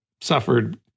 suffered